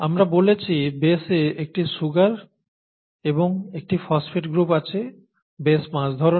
আমরা বলেছি বেশে একটি সুগার এবং একটি ফসফেট গ্রুপ আছে বেশ 5 ধরনের